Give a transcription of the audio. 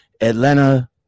Atlanta